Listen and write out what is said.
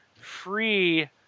free